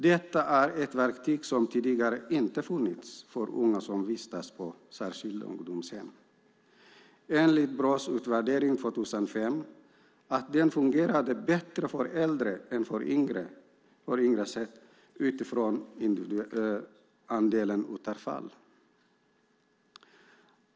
Detta är ett verktyg som tidigare inte har funnits för unga som vistas på särskilda ungdomshem. Enligt Brås utvärdering 2005 fungerade den bättre för äldre än för yngre sett utifrån andelen återfall.